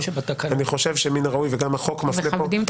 אני חושב שמן הראוי וגם החוק מפנה כאן